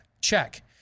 Check